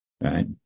right